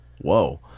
Whoa